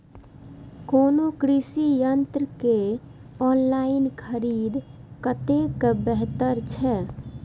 कोनो कृषि यंत्र के ऑनलाइन खरीद कतेक बेहतर छै?